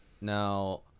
Now